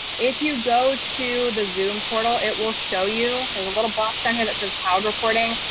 if you go to the zoom portal, it will show you there's a little box down here that says cloud recording,